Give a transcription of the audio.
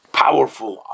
powerful